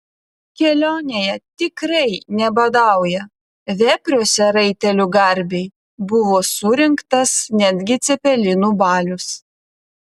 kelionėje tikrai nebadauja vepriuose raitelių garbei buvo surengtas netgi cepelinų balius